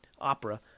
opera